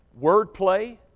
wordplay